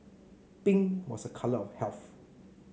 pink was a colour of health